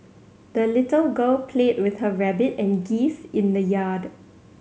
the little girl played with her rabbit and geese in the yard